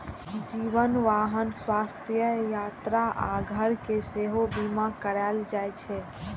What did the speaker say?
जीवन, वाहन, स्वास्थ्य, यात्रा आ घर के सेहो बीमा कराएल जाइ छै